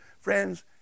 Friends